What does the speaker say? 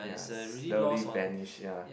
ya slowly vanish ya